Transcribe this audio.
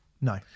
No